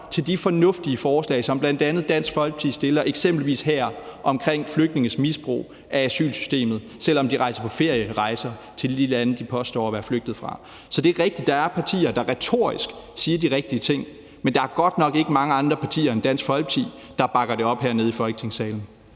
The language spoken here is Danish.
til de fornuftige forslag, som bl.a. Dansk Folkeparti fremsætter, eksempelvis her omkring flygtninges misbrug af asylsystemet, selv om de rejser på ferierejser til de lande, de påstår at være flygtet fra. Så det er rigtigt, at der er partier, der retorisk siger de rigtige ting, men der er godt nok ikke mange andre partier end Dansk Folkeparti, der bakker det op hernede i Folketingssalen.